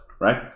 right